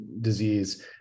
disease